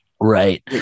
Right